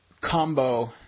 Combo